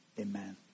Amen